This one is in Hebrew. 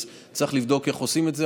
אז צריך לבדוק איך עושים את זה.